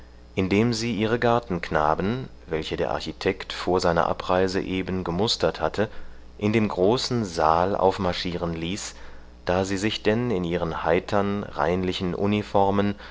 indem sie ihre gartenknaben welche der architekt vor seiner abreise eben gemustert hatte in dem großen saal aufmarschieren ließ da sie sich denn in ihren heitern reinlichen uniformen